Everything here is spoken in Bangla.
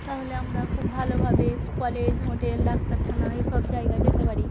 তাহলে আমরা খুব ভালোভাবে কলেজ হোটেল ডাক্তারখানা এসব জায়গায় যেতে পারি